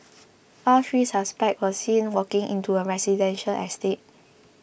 all three suspects were seen walking into a residential estate